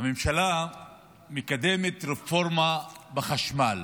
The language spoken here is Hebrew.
הממשלה מקדמת רפורמה בחשמל.